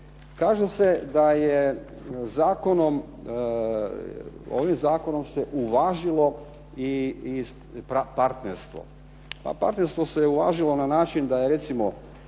Kaže se da je zakonom, ovim zakonom se uvažilo i partnerstvo. Pa partnerstvo se uvažilo na način da je recimo